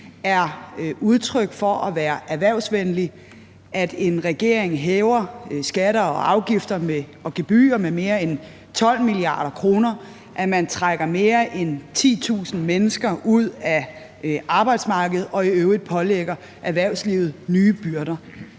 er udtryk for at være erhvervsvenlig, at en regering hæver skatter og afgifter og gebyrer med mere end 12 mia. kr., at man trækker mere end 10.000 mennesker ud af arbejdsmarkedet og i øvrigt pålægger erhvervslivet nye byrder.